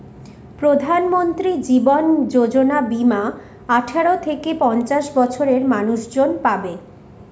প্রধানমন্ত্রী জীবন যোজনা বীমা আঠারো থেকে পঞ্চাশ বছরের মানুষজন পাবে